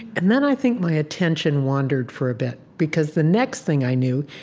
and then i think my attention wandered for a bit because the next thing i knew,